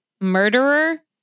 murderer